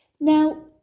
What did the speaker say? Now